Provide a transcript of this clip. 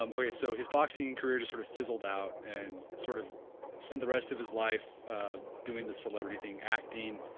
um okay, so his boxing and career just sort of fizzled out and sort of spent the rest of his life doing the celebrity thing, acting.